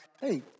hey